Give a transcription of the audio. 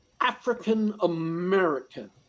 African-American